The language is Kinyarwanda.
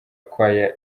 choir